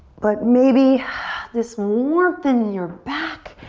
but maybe this warmth in your back.